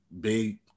big